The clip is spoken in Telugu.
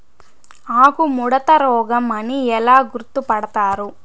ఆకుముడత రోగం అని ఎలా గుర్తుపడతారు?